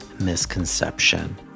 misconception